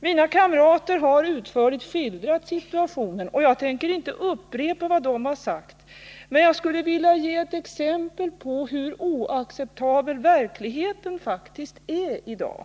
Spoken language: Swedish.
Mina kamrater har utförligt skildrat situationen. Jag tänker inte upprepa vad de har sagt. men jag skulle vilja ge ett exempel på hur oacceptabel verkligheten faktiskt är i dag.